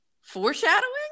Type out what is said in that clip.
foreshadowing